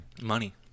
money